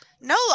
No